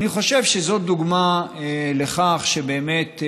אני חושב שזו דוגמה לכך שבאמת,